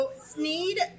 Sneed